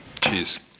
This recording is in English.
Cheers